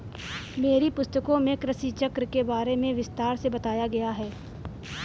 मेरी पुस्तकों में कृषि चक्र के बारे में विस्तार से बताया गया है